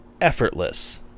effortless